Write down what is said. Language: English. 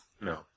No